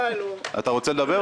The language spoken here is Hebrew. אתה רוצה לדבר?